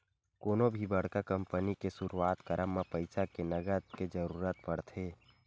कोनो भी बड़का कंपनी के सुरुवात करब म पइसा के नँगत के जरुरत पड़थे